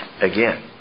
again